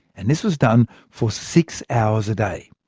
and this was done for six hours a day.